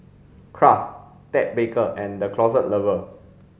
Kraft Ted Baker and The Closet Lover